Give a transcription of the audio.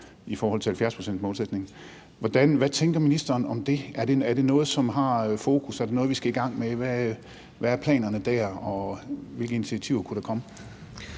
i forhold til 70-procentsmålsætningen. Hvad tænker ministeren om det? Er det noget, som har fokus, er det noget, vi skal i gang med, hvad er planerne der, og hvilke initiativer kunne der komme?